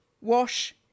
wash